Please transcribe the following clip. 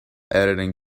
editing